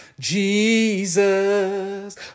Jesus